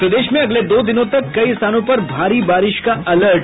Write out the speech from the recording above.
और प्रदेश में अगले दो दिनों तक कई स्थानों पर भारी बारिश का अलर्ट